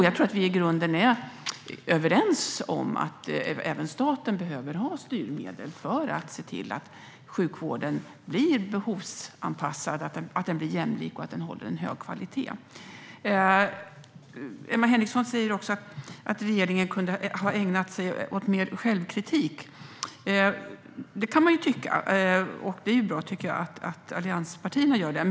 Jag tror att vi i grunden är överens om att även staten behöver ha styrmedel för att se till att sjukvården blir behovsanpassad, jämlik och håller en hög kvalitet. Emma Henriksson säger också att regeringen kunde ha ägnat sig mer åt självkritik. Det kan man ju tycka, och det är ju bra att allianspartierna gör det.